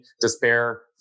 despair